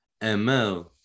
ML